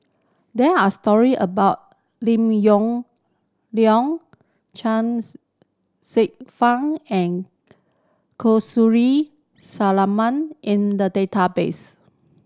there are story about Lim Yong Liang Chuangs Hsueh Fang and Kamsari Salam in the database